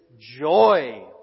joy